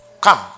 come